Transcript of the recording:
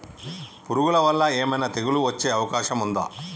పురుగుల వల్ల ఏమైనా తెగులు వచ్చే అవకాశం ఉందా?